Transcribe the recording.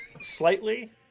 slightly